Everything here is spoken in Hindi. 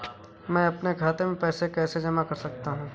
मैं अपने खाते में पैसे कैसे जमा कर सकता हूँ?